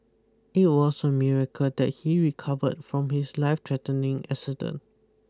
it was a miracle that he recovered from his life threatening accident